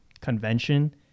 convention